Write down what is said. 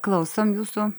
klausom jūsų